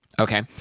Okay